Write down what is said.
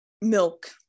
milk